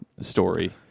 story